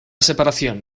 separación